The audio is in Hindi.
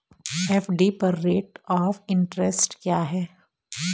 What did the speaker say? एफ.डी पर रेट ऑफ़ इंट्रेस्ट क्या है?